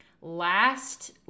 last